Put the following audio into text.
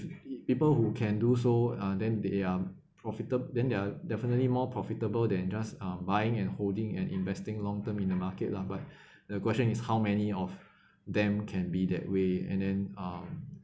people who can do so uh then they are profitab~ then they are definitely more profitable than just uh buying and holding and investing long term in the market lah but the question is how many of them can be that way and then um